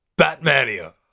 Batmania